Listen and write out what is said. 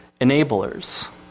enablers